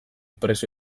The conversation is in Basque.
preso